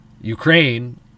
Ukraine